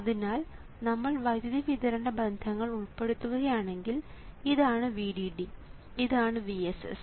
അതിനാൽ നമ്മൾ വൈദ്യുതി വിതരണ ബന്ധങ്ങൾ ഉൾപ്പെടുത്തുകയാണെങ്കിൽ ഇത് ആണ് VDD ഇത് ആണ് VSS